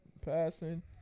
passing